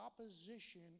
opposition